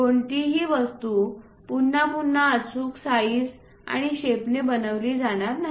कोणतीही वस्तू पुन्हा पुन्हा अचूक साईज आणि शेपने बनविली जाणार नाही